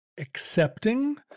accepting